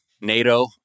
NATO